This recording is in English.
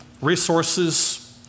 resources